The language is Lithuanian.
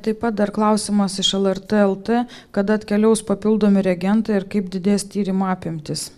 taip pat dar klausimas iš lrt lt kad atkeliaus papildomi reagentai ir kaip didės tyrimų apimtys